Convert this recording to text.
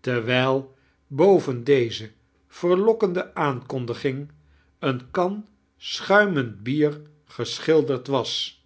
terwijl boven deee verlokkende aankondiging een kan sofauimend bier geschilderd was